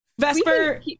vesper